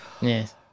yes